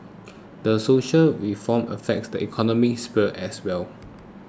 the social reforms affects the economy sphere as well